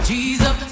Jesus